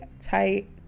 tight